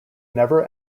never